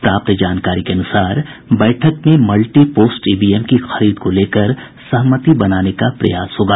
प्राप्त जानकारी के अनुसार बैठक में मल्टी पोस्ट ईवीएम की खरीद को लेकर सहमति बनाने का प्रयास होगा